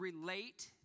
relate